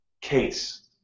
case